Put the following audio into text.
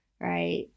right